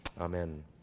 Amen